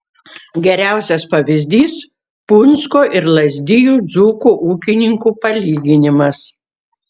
geriausias pavyzdys punsko ir lazdijų dzūkų ūkininkų palyginimas